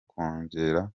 kongera